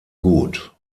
gut